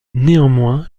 néanmoins